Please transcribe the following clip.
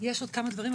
יש עוד כמה דברים,